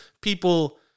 people